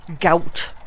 gout